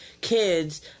kids